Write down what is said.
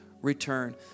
return